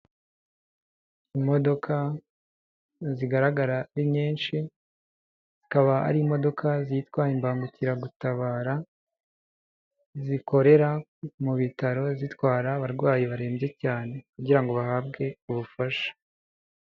Imodoka zigaragara ari nyinshi, akaba ari imodoka zitwa imbangukiragutabara, zikorera mu bitaro zitwara abarwayi barembye cyane kugira ngo bahabwe ubufasha.